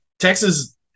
Texas